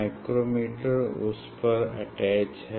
micrometer उसपर attached है